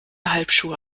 halbschuhe